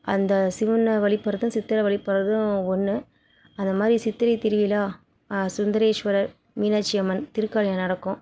அந்த சிவனை வழிபடுறதும் சித்தரை வழிபடுறதும் ஒன்று அது மாதிரி சித்திரை திருவிழா சுந்தரேஷ்வரர் மீனாட்சி அம்மன் திருக்கல்யாணம் நடக்கும்